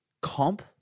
comp